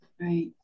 Right